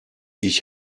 ich